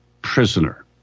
prisoner